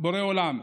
בורא עולם,